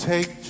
Take